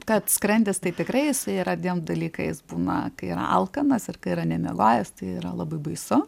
kad skrandis tai tikrai tai yra dviem dalykais būna kai yra alkanas ir kai yra nemiegojęs tai yra labai baisu